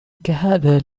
كهذا